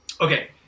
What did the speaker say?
Okay